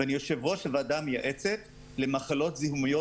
אני יושב-ראש הוועדה המייעצת למחלות זיהומיות